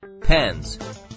Pens